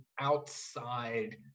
outside